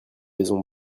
maisons